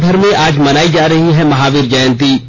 राज्यभर में आज मनाई जा रही है महावीर जयंती